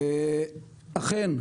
אכן,